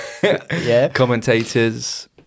commentators